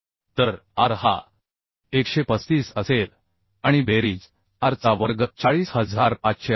तर r हा 135 असेल आणि बेरीज r चा वर्ग 40500 असेल